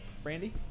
Brandy